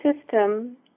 system